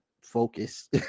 focus